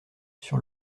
sur